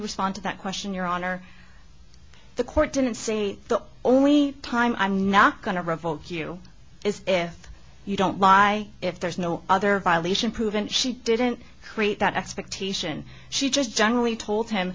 respond to that question your honor the court didn't say the only time i'm not going to revoke you is if you don't buy if there's no other violation proven she didn't create that expectation she just generally told him